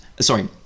sorry